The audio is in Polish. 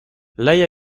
leje